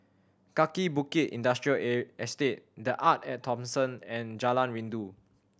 Kaki Bukit Industrial air Estate The Arte At Thomson and Jalan Rindu